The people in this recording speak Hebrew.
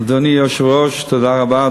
אדוני היושב-ראש, תודה רבה.